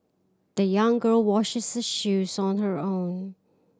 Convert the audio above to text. the young girl washes her shoes on her own